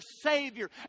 Savior